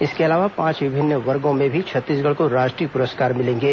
इसके अलावा पांच विभिन्न वर्गो में भी छत्तीसगढ़ को राष्ट्रीय पुरस्कार मिलेंगे